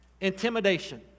intimidation